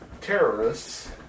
terrorists